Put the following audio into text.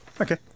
Okay